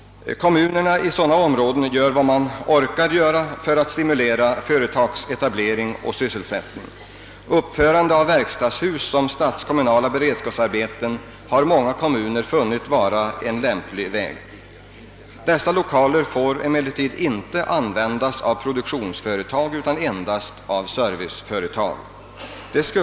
Kommunerna i sådana områden gör vad de orkar göra för att stimulera företagsetablering och sysselsättning. Uppförande av verkstadshus som stadskommunala <beredskapsarbeten har många kommuner funnit vara en lämplig väg. Dessa lokaler får emellertid inte användas av produktionsföretag utan endast av serviceförtag.